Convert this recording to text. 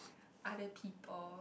other people